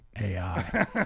AI